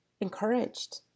encouraged